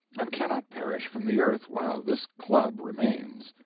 and cannot perish from the earth while this club remains.